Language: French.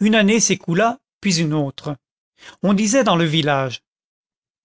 une année s'écoula puis une autre on disait dans le village